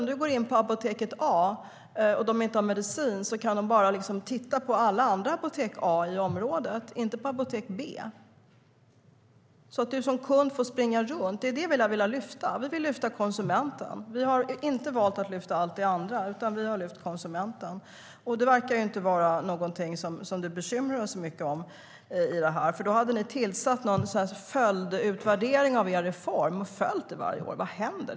Om du går in på apotek A och de inte har medicinen kan de titta på bara alla apotek A i området - inte på apotek B. Som kund får man alltså springa runt. Det är det vi har velat lyfta. Vi har inte valt att lyfta allt det andra, utan vi har lyft konsumenten. Men det verkar inte vara något som du bekymrar dig så mycket om, för då hade ni tillsatt någon följdutvärdering av er reform och varje år följt vad som händer.